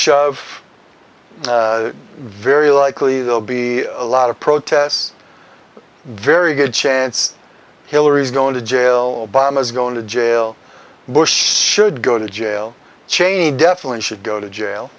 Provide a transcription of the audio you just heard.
shove very likely they'll be a lot of protests very good chance hillary is going to jail obama is going to jail bush should go to jail cheney definitely should go to jail